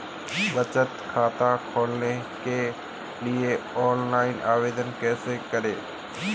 बचत खाता खोलने के लिए ऑनलाइन आवेदन कैसे करें?